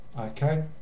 okay